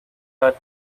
are